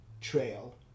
trail